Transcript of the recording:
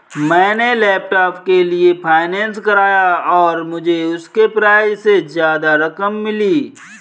मैंने लैपटॉप के लिए फाइनेंस कराया और मुझे उसके प्राइज से ज्यादा रकम मिली